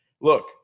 Look